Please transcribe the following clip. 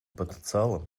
потенциалом